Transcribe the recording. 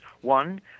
one